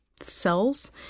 cells